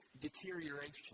Deterioration